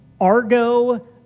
Argo